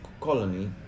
colony